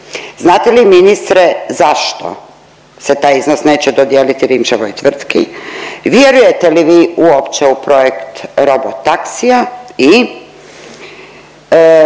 Znate li ministre zašto se taj iznos neće dodijeliti Rimčevoj tvrtki? Vjerujete li vi uopće u projekt robo taksija i